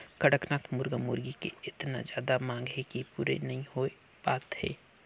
कड़कनाथ मुरगा मुरगी के एतना जादा मांग हे कि पूरे नइ हो पात हे